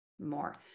more